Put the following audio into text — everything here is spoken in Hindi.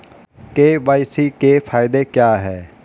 के.वाई.सी के फायदे क्या है?